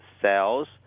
cells